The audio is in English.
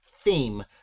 theme